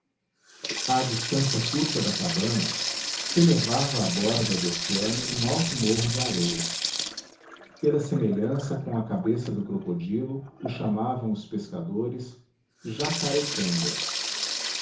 à distância curta da cabana se elevava à borda do oceano um alto morro de areia pela semelhança com a cabeça do crocodilo o chamavam os pescadores jacarecanga